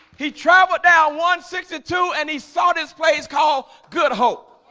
he traveled down one sixty two and he saw this place called good hope